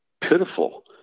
pitiful